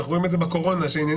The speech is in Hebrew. אנחנו רואים את זה בקורונה שעניינים